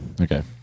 Okay